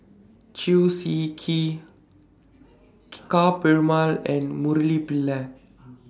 Chew Swee Kee Ka Perumal and Murali Pillai